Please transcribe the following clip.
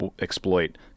exploit